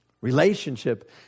Relationship